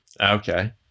Okay